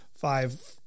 five